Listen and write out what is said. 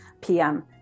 PM